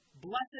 Blessed